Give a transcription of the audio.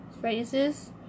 phrases